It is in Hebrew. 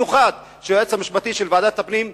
במיוחד כשהיועץ המשפטי של ועדת הפנים,